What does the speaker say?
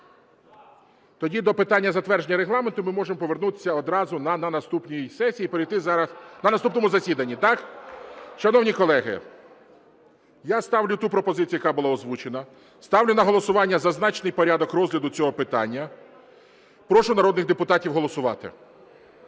Тоді до питання затвердження регламенту ми можемо повернутися одразу на наступній сесії і… на наступному засіданні, так? Шановні колеги, я ставлю ту пропозицію, яка була озвучена. Ставлю на голосування зазначений порядок розгляду цього питання. Прошу народних депутатів голосувати.